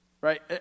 right